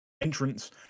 entrance